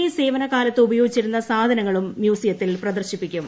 A സേവന കാലത്ത് ഉപയോഗിച്ചിരുന്ന സാധനങ്ങളും മ്യൂസിയത്തിൽ പ്രദർശിപ്പിക്കും